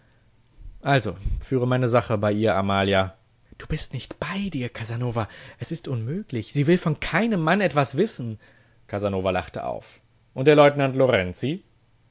also führe meine sache bei ihr amalia du bist nicht bei dir casanova es ist unmöglich sie will von keinem mann etwas wissen casanova lachte auf und der leutnant lorenzi